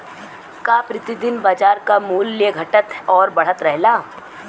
का प्रति दिन बाजार क मूल्य घटत और बढ़त रहेला?